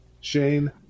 Shane